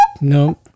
No